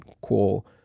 Cool